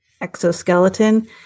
exoskeleton